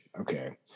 Okay